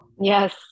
Yes